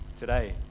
today